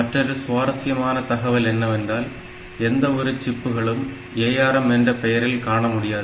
மற்றுமொரு சுவாரசியமான தகவல் என்னவென்றால் எந்த ஒரு சிப்களும் ARM என்ற பெயரில் காணமுடியாது